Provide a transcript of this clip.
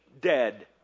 dead